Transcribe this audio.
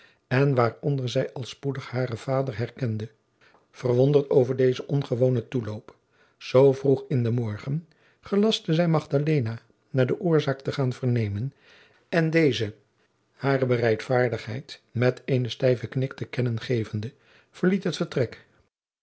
en waaronder zij al spoedig haren vader herkende verwonderd over dezen ongewoonen toeloop zoo vroeg in den morgen gelastte zij magdalena naar de oorzaak te gaan vernemen en deze hare bereidvaardigheid met eenen stijven knik te kennen gevende verliet het vertrek